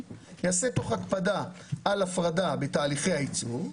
ייעשה תוך הקפדה על הפרדה בתהליכי הייצור".